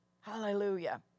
Hallelujah